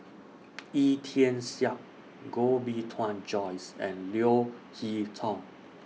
Wee Tian Siak Koh Bee Tuan Joyce and Leo Hee Tong